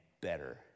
better